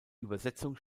übersetzung